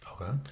Okay